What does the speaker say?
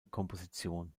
komposition